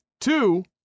Two